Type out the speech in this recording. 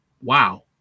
Wow